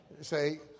Say